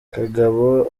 kagabo